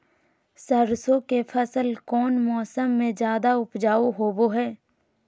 सरसों के फसल कौन मौसम में ज्यादा उपजाऊ होबो हय?